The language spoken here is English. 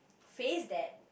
face that